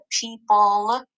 people